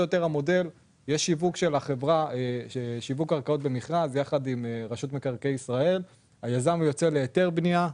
שיש שיווק של הקרקעות יחד עם רשות מקרקעי ישראל היזם יוצא להיתר בנייה,